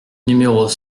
numéros